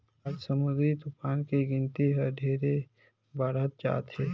आज समुददरी तुफान के गिनती हर ढेरे बाढ़त जात हे